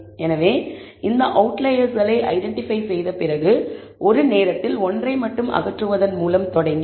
எனவே இந்த அவுட்லயர்ஸ்களை ஐடென்டிபை செய்த பிறகு ஒரு நேரத்தில் ஒன்றை மட்டும் அகற்றுவதன் மூலம் தொடங்கி